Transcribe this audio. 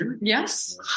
Yes